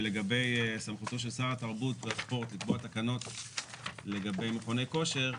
ולגבי סמכותו של שר התרבות והספורט לקבוע תקנות לגבי מכוני כושר,